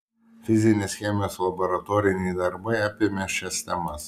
fizinės chemijos laboratoriniai darbai apėmė šias temas